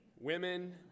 women